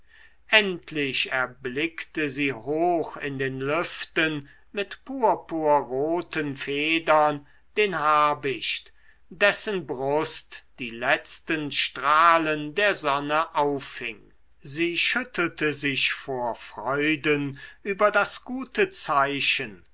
endlich erblickte sie hoch in den lüften mit purpurroten federn den habicht dessen brust die letzten strahlen der sonne auffing sie schüttelte sich vor freuden über das gute zeichen